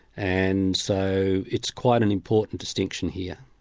and so it's quite an important distinction here.